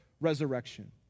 resurrection